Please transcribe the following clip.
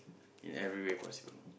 in every way possible